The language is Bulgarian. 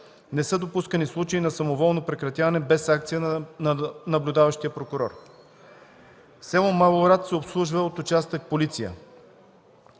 Не са допускани случаи на самоволно прекратяване без санкция на наблюдаващия прокурор. Село Малорад се обслужва от участък „Полиция”